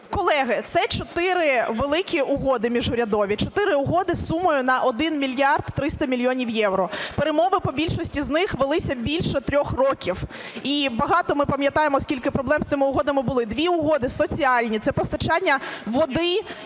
Колеги, це чотири великі угоди міжурядові, чотири угоди із сумою на 1 мільярд 300 мільйонів євро. Перемови по більшості з них велися більше трьох років. І багато ми пам'ятаємо, скільки проблем з цими угодами було. Дві угоди соціальні: це постачання води